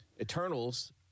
Eternals